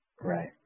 Right